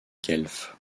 guelfes